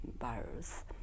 virus